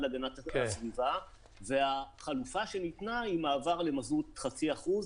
להגנת הסביבה והחלופה שניתנה היא מעבר למזות חצי אחוז,